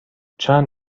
چند